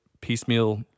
piecemeal